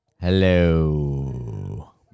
Hello